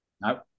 No